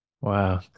Wow